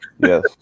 yes